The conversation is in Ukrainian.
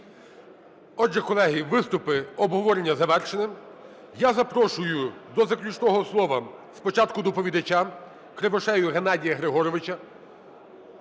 Отже, колеги, виступи, обговорення завершено. Я запрошую до заключного слова спочатку доповідача Кривошею Геннадія Григоровича,